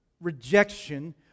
rejection